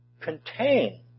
contain